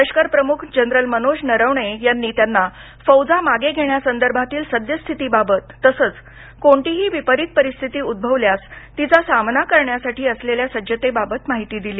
लष्कर प्रमुख जनरल मनोज नरवणे यांनी त्यांना फौजा मागे घेण्यासंदर्भातील सद्यस्थितीबाबत तसंच कोणतीही विपरित परिस्थिती उद्भवल्यास तिचा सामना करण्यासाठी असलेल्या सज्जतेबाबत माहिती दिली